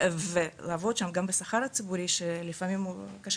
ולעבוד שם גם בשכר הציבורי שלפעמים קשה